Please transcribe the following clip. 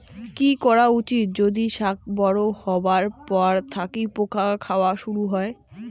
কি করা উচিৎ যদি শাক বড়ো হবার পর থাকি পোকা খাওয়া শুরু হয়?